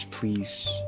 Please